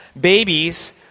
Babies